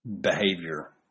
behavior